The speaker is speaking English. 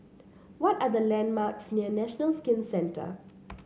what are the landmarks near National Skin Centre